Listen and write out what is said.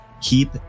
keep